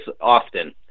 often